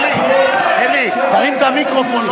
אולי תפרוס לו גם שטיח אדום?